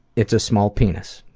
it's a small penis.